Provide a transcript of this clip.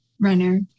runner